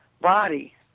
body